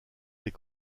des